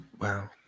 Wow